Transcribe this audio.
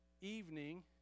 evening